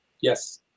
Yes